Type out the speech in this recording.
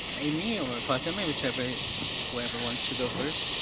amy or fatemeh, whoever whoever wants to go first.